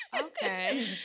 Okay